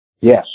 Yes